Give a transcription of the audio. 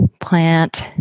plant